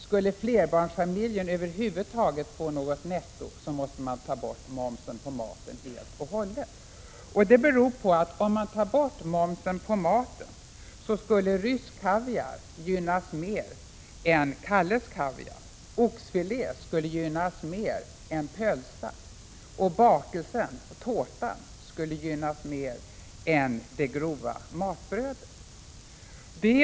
Skulle flerbarnsfamiljen över huvud taget få något netto, måste man ta bort momsen på maten helt och hållet. Det beror på att om man tar bort momsen på maten, skulle rysk kaviar gynnas mer än Kalles kaviar, oxfilé skulle gynnas mer än pölsa, och bakelser och tårta skulle gynnas mer än det grova matbrödet.